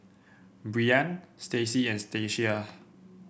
Breann Stacie and Stacia